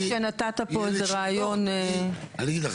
אני אגיד לך,